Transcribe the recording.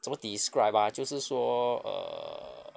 怎么 describe ah 就是说 err